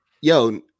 yo